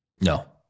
No